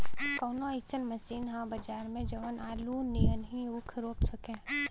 कवनो अइसन मशीन ह बजार में जवन आलू नियनही ऊख रोप सके?